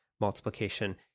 multiplication